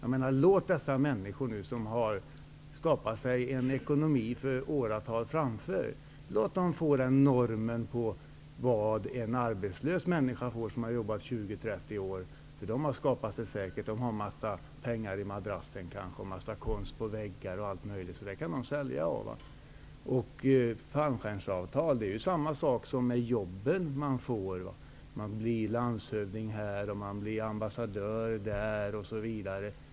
Låt dessa människor som har skaffat sig en ekonomi för åratal framåt få leva på den norm som en arbetslös människa som har jobbat 20--30 år skall leva på. Dessa människor har säkert en massa pengar i madrassen och konst på väggarna. Konsten kan de sälja. Frågan om fallskärmsavtal är densamma som frågan om de jobb som man kan få. Man blir landshövding här, och man blir ambassadör där, osv.